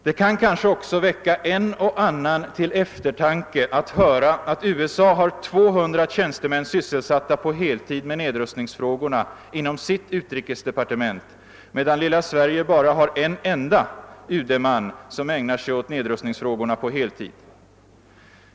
Det kan måhända också väcka en och annan till eftertanke att höra att USA har 200 tjänstemän sysselsatta på heltid med nedrustningsfrågorna inom sitt utrikesdepartement, medan lilla Sverige bara har en UD-man som ägnar sig åt nedrustningsfrågorna på heltid.